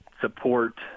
support